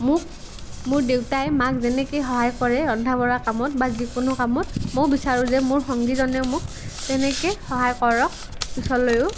মোক মোৰ দেউতাই মাক যেনেকৈ সহায় কৰে ৰন্ধা বঢ়া কামত বা যিকোনো কামত মইও বিচাৰোঁ যে মোৰ সংগীজনে মোক তেনেকৈ সহায় কৰক পিছলৈও